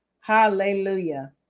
Hallelujah